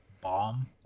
bomb